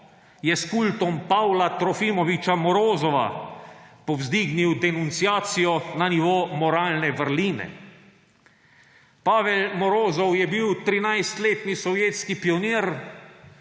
je s kultom Pavla Trofimoviča Morozova povzdignil denunciacijo na nivo moralne vrline. Pavel Morozov je bil 13-letni sovjetski pionir,